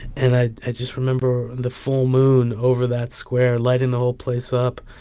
and i just remember and the full moon over that square lighting the whole place up.